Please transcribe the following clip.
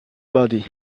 body